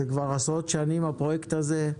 כבר עשרות שנים, הפרויקט הזה.